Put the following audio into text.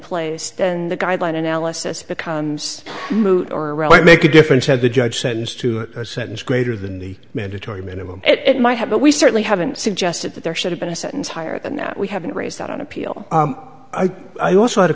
place and the guideline analysis becomes moot or make a difference had the judge sentenced to a sentence greater than the mandatory minimum it might have but we certainly suggested that there should have been a sentence higher than that we haven't raised that on appeal i also had a